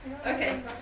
Okay